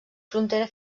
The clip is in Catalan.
frontera